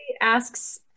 asks